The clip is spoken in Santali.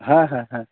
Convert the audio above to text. ᱦᱮᱸ ᱦᱮᱸ ᱦᱮᱸ